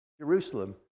Jerusalem